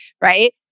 right